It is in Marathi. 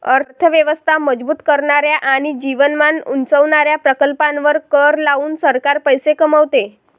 अर्थ व्यवस्था मजबूत करणाऱ्या आणि जीवनमान उंचावणाऱ्या प्रकल्पांवर कर लावून सरकार पैसे कमवते